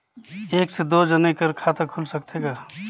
एक से दो जने कर खाता खुल सकथे कौन?